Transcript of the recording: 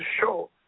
show